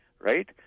right